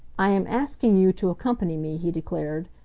i am asking you to accompany me, he declared,